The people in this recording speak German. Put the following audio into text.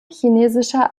chinesischer